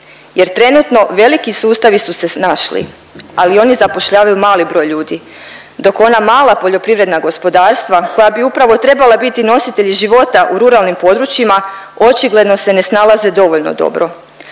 jer trenutno veliki sustavi su se snašli, ali oni zapošljavaju mali broj ljudi dok ona mala poljoprivredna gospodarstva koja bi upravo trebala biti nositelji života u ruralnim područjima očigledno se ne snalaze dovoljno dobro.